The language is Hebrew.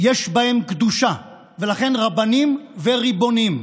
יש בהם קדושה, ולכן, רבנים וריבוניים.